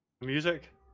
music